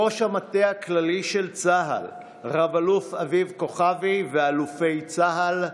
ראש המטה הכללי של צה"ל רב-אלוף אביב כוכבי ואלופי צה"ל,